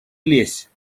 лезь